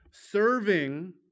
Serving